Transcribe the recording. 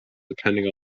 depending